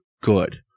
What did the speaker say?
good